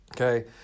Okay